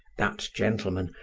that gentleman,